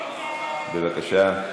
בבקשה.